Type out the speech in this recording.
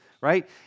Right